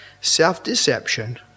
self-deception